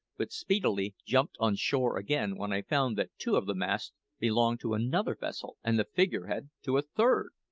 but speedily jumped on shore again when i found that two of the masts belonged to another vessel and the figurehead to a third!